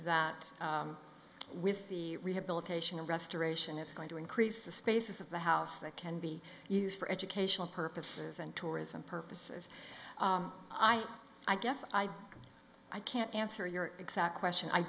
that with the rehabilitation of restoration it's going to increase the spaces of the house that can be used for educational purposes and tourism purposes i i guess i can't answer your exact question i